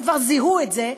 הם כבר זיהו את זה,